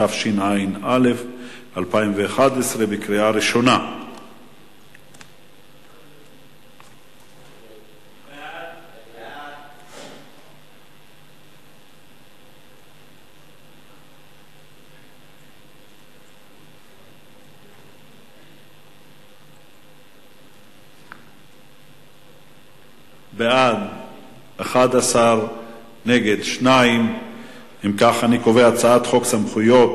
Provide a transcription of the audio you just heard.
התשע"א 2011. ההצעה להעביר את הצעת חוק סמכויות